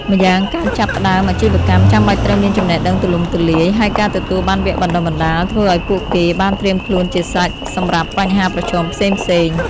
ម្យ៉ាងការចាប់ផ្ដើមអាជីវកម្ម ចាំបាច់ត្រូវមានចំណេះដឹងទូលំទូលាយ ហើយការទទួលបានវគ្គបណ្តុះបណ្ដាល ធ្វើពួកគេបានត្រៀមខ្លួនជាស្រេចសម្រាប់បញ្ហាប្រឈមផ្សេងៗ។